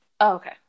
Okay